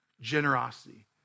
generosity